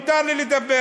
מותר לי לדבר,